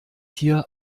hier